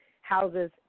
houses